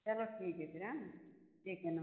चलो ठीक है फिर हाँ ठीक है नम